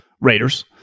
Raiders